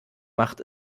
macht